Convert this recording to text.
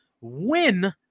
win